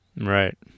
Right